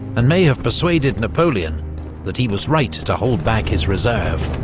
and may have persuaded napoleon that he was right to hold back his reserve.